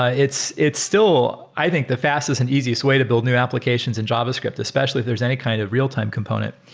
ah it's it's still i think the fastest and easiest way to build new applications in javascript especially if there's any kind of real-time component.